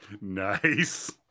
Nice